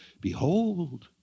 behold